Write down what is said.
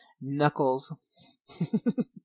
Knuckles